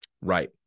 Right